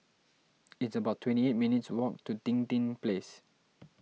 it's about twenty eight minutes' walk to Dinding Place